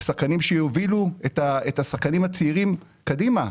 שחקנים שיובילו את השחקנים הצעירים קדימה.